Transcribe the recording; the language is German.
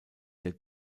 der